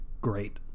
great